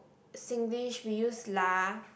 Singlish we use lah